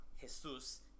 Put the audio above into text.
Jesus